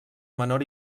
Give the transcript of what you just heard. menor